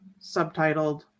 subtitled